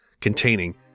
containing